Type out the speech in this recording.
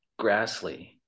Grassley